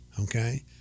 okay